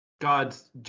God's